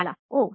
Bala ಓಹ್